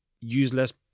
useless